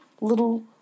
little